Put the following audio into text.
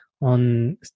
on